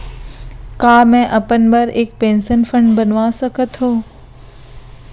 का मैं अपन बर एक पेंशन फण्ड बनवा सकत हो?